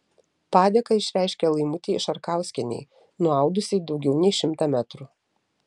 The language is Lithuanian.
padėką išreiškė laimutei šarkauskienei nuaudusiai daugiau nei šimtą metrų